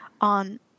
on